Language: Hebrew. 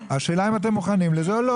השאלה אם אתם מוכנים לזה או לא.